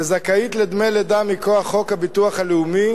וזכאית לדמי לידה מכוח חוק הביטוח הלאומי